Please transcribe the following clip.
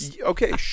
Okay